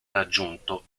raggiunto